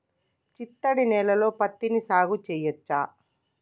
చిత్తడి నేలలో పత్తిని సాగు చేయచ్చా?